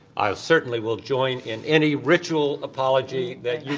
i certainly will join in any ritual apology that you